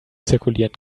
zirkulieren